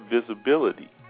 visibility